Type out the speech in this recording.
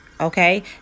Okay